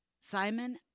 Simon